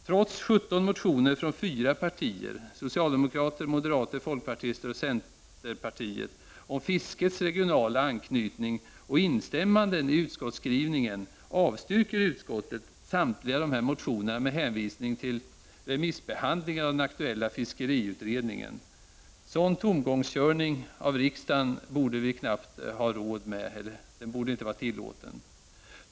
Trots 17 motioner från fyra partier, socialdemokraterna, moderaterna, folkpartisterna och centern, om fiskets regionala anknytning och instämmanden i utskottsskrivningen avstyrker utskottet samtliga motioner med hänvisning till remissbehandling av den aktuella fiskeriutredningen. Sådan tomgångskörning av riksdagen borde inte vara tillåten.